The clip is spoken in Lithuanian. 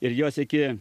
ir jos iki